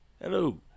Hello